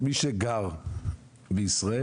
מי שגר בישראל,